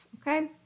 okay